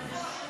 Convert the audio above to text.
לוועדת